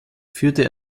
führte